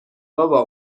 بابا